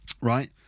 Right